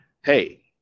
Hey